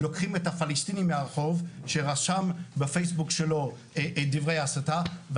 לוקחים את הפלסטיני מהרחוב שרשם בפייסבוק שלו דברי הסתה,